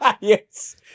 yes